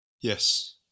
Yes